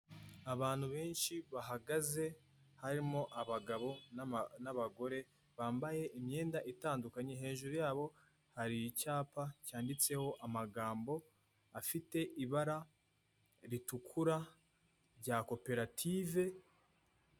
Abantu benshi bahagaze, harimo abagabo n'abagore, bambaye imyenda itandukanye, hejuru yabo hari icyapa cyanditseho amagambo afite ibara ritukura rya koperative,...